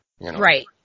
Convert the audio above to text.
right